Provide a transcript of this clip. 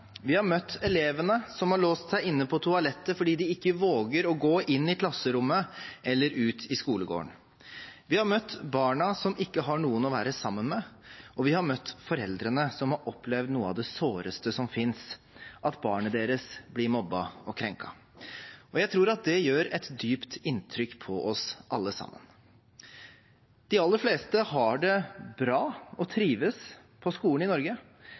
låst seg inne på toalettet fordi de ikke våger å gå inn i klasserommet eller ut i skolegården. Vi har møtt barna som ikke har noen å være sammen med. Og vi har møtt foreldrene som har opplevd noe av det såreste som finnes – at barnet deres blir mobbet og krenket. Jeg tror det gjør et dypt inntrykk på oss alle sammen. De aller fleste har det bra og trives på skolen i Norge,